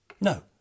No